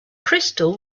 crystal